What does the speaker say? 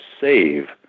save